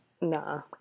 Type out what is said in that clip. Nah